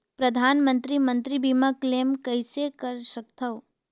परधानमंतरी मंतरी बीमा क्लेम कइसे कर सकथव?